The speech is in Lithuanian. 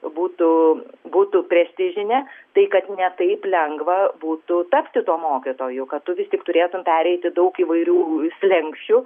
būtų būtų prestižinė tai kad ne taip lengva būtų tapti tuo mokytoju kad tu vis tiek turėtum pereiti daug įvairių slenksčių